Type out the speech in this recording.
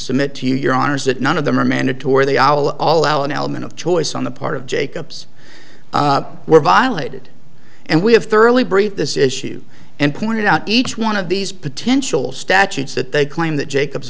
submit to your honor's that none of them are mandatory they are all out an element of choice on the part of jacobs were violated and we have thoroughly briefed this issue and pointed out each one of these potential statutes that they claim that jacob